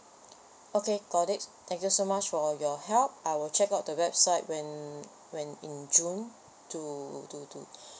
okay got it thank you so much for your help I will check out the website when when in june to to to